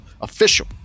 official